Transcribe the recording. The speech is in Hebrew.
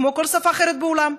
כמו כל שפה אחרת בעולם,